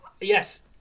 yes